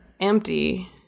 empty